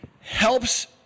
helps